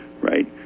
right